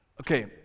Okay